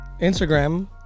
Instagram